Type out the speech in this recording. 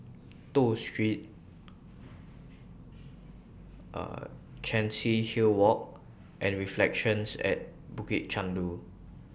Toh Street Chancery Hill Walk and Reflections At Bukit Chandu